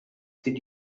did